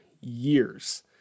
years